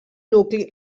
nucli